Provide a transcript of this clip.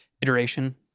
iteration